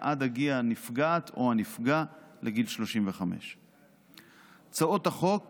עד הגיע הנפגעת או הנפגע לגיל 35. הצעות החוק